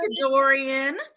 Dorian